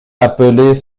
appelait